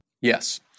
Yes